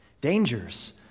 Dangers